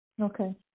Okay